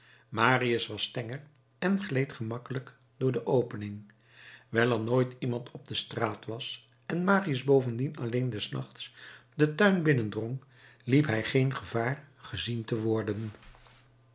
marius was tenger en gleed gemakkelijk door de opening wijl er nooit iemand op de straat was en marius bovendien alleen des nachts den tuin binnendrong liep hij geen gevaar gezien te worden